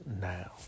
now